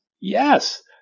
Yes